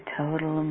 total